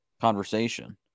conversation